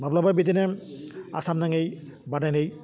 माब्लाबा बिदिनो आसाम नाङै बादायनाय